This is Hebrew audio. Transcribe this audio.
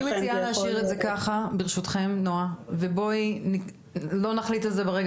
אני מציעה להשאיר את זה ככה ברשותכם נעה ובואו לא נחליט על זה ברגע